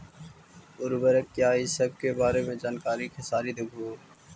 उर्वरक क्या इ सके बारे मे जानकारी खेसारी देबहू?